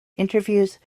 interviews